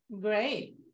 Great